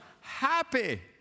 Happy